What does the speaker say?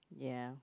ya